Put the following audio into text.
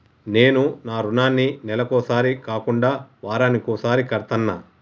నేను నా రుణాన్ని నెలకొకసారి కాకుండా వారానికోసారి కడ్తన్నా